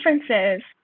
differences